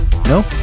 No